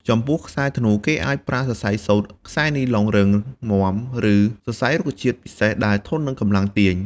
ចំពោះខ្សែធ្នូ គេអាចប្រើសរសៃសូត្រ ខ្សែនីឡុងរឹងមាំ ឬសរសៃរុក្ខជាតិពិសេសដែលធន់នឹងកម្លាំងទាញ។